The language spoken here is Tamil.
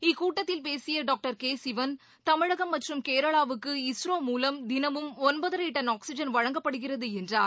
இக்கூட்டத்தில் பேசிய டாக்டர் கேசிவன் தமிழகம் மற்றும் கேரளாவுக்கு இஸ்ரோ மூலம் தினமும் ஒன்பதரை டன் ஆக்ஸிஜன் வழங்கப்படுகிறது என்றார்